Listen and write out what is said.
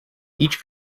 each